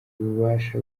ububasha